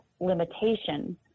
limitation